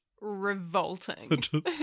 revolting